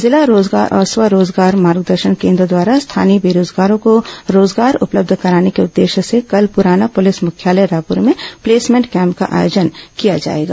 जिला रोजगार और स्व रोजगार मार्गदर्शन केन्द्र द्वारा स्थानीय बेरोजगारों को रोजगार उपलब्ध कराने के उद्देश्य से कल पुराना पुलिस मुख्यालय रायपुर में प्लेसमेंट कैम्प का आयोजन किया जाएगा